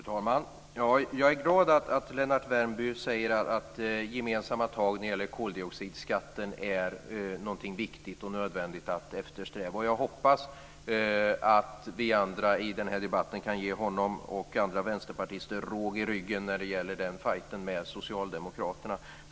Fru talman! Jag är glad att Lennart Värmby anser att gemensamma tag när det gäller koldioxidskatten är någonting viktigt och nödvändigt att eftersträva. Jag hoppas att vi andra i den här debatten kan ge honom och andra vänsterpartister råg i ryggen när det gäller den fighten med socialdemokraterna.